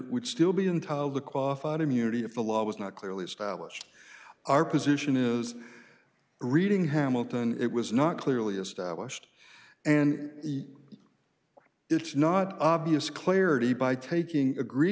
would still be in top of the coffin and immunity if the law was not clearly established our position is reading hamilton it was not clearly established and it's not obvious clarity by taking agree